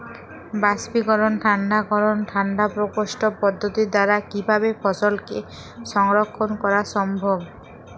বাষ্পীকরন ঠান্ডা করণ ঠান্ডা প্রকোষ্ঠ পদ্ধতির দ্বারা কিভাবে ফসলকে সংরক্ষণ করা সম্ভব?